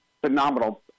phenomenal